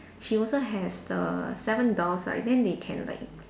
she also has the seven dwarfs right then they can like